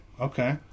okay